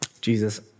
Jesus